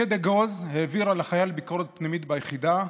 מפקד אגוז העביר על החייל ביקורת פנימית ביחידה,